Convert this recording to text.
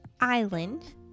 island